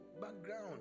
background